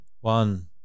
One